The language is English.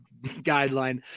guideline